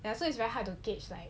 ya so it's very hard to gauge like